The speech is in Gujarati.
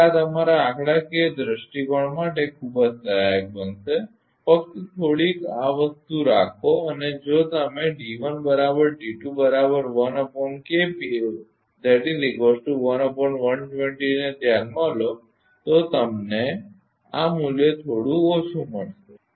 તેથી આ તમારા આંકડાકીય દૃષ્ટિકોણ માટે ખૂબ જ સહાયક બનશે ફક્ત થોડીક આ વસ્તુ રાખો અને જો તમે ને ધ્યાનમાં લો તો તમને આ મૂલ્ય થોડું ઓછું મળશે